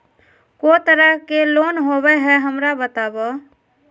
को तरह के लोन होवे हय, हमरा बताबो?